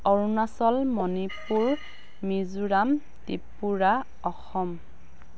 Arunachal Manipur Mizoram Tripura Assam